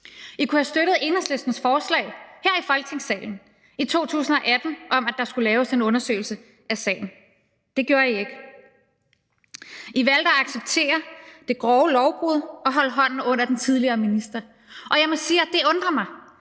I kunne have støttet Enhedslistens forslag her i Folketingssalen i 2018 om, at der skulle laves en undersøgelse af sagen. Det gjorde I ikke. I valgte at acceptere det grove lovbrud og holde hånden under den tidligere minister, og jeg må sige, at det undrer mig,